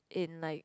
in like